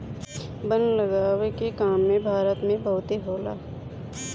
वन लगावे के काम भी भारत में बहुते होला